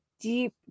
deep